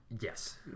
yes